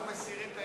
אנחנו מסירים את